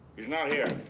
he's not here.